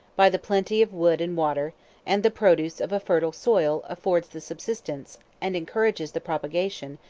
by the plenty of wood and water and the produce of a fertile soil affords the subsistence, and encourages the propagation,